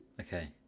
Okay